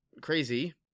crazy